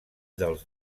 dels